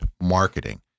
marketing